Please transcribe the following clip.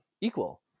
equal